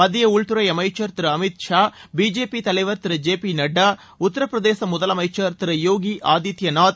மத்திய உள்துறை அமைச்சர் அமித் பிஜேபி திரு ஷா தலைவர் திரு ஜெ பி நட்டா உத்தரப் பிரதேச முதலனமச்சர் திரு யோகி ஆதித்யநாத்